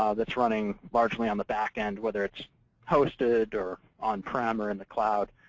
ah that's running largely on the back end, whether it's hosted or on prem or in the cloud.